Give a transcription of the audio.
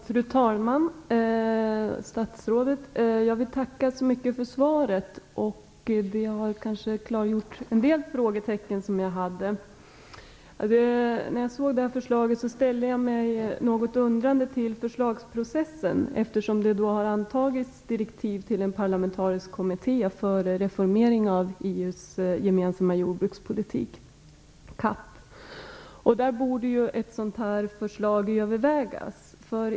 Fru talman! Jag vill tacka statsrådet så mycket för svaret. Det har kanske rätat ut en del frågetecken som jag hade. När jag tog del av det här förslaget ställde jag mig något undrande till förslagsprocessen, eftersom det har antagits direktiv till en parlamentarisk kommitté för reformering av EU:s gemensamma jordbrukspolitik, CAP. I det sammanhanget borde ett sådant här förslag övervägas.